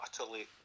utterly